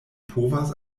povas